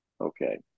Okay